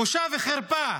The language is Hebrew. בושה וחרפה.